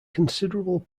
considerable